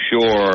sure